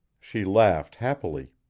she laughed happily.